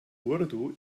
urdu